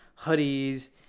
hoodies